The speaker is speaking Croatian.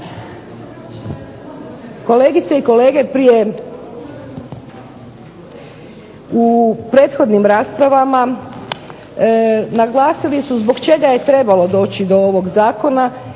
Kolegice i kolege prije, u prethodnim raspravama naglasili su zbog čega je trebalo doći do izmjena